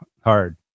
hard